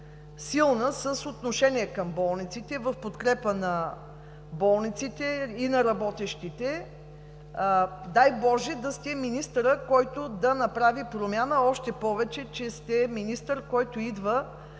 силна, с отношение към болниците, в подкрепа на болниците и на работещите. Дай боже да сте министърът, който да направи промяна. Още повече че сте министър, който идва